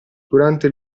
durante